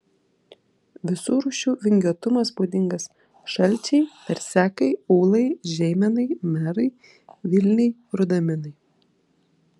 visų rūšių vingiuotumas būdingas šalčiai versekai ūlai žeimenai merai vilniai rudaminai